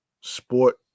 sport